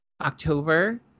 October